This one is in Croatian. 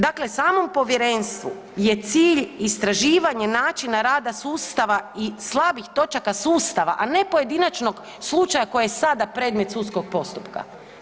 Dakle, samom povjerenstvu je cilj istraživanje načina rada sustava i slabih točaka sustava, a ne pojedinačnog slučaja koji je sada predmet sudskog postupka.